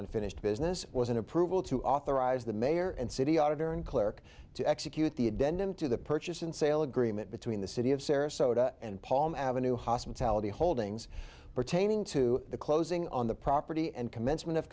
unfinished business was an approval to authorize the mayor and city auditor and clerk to execute the addendum to the purchase and sale agreement between the city of sarasota and palm ave hospitality holdings pertaining to the closing on the property and commencement